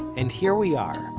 and here we are,